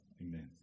amen